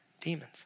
demons